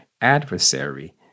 adversary